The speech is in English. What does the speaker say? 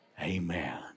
Amen